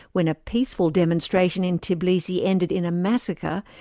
when a peaceful demonstration in tbilisi ended in a massacre,